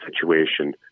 situation